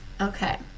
Okay